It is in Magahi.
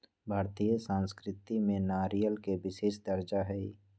भारतीय संस्कृति में नारियल के विशेष दर्जा हई